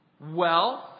Wealth